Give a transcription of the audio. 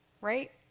right